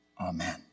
Amen